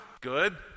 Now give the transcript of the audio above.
good